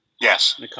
Yes